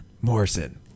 Morrison